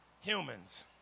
humans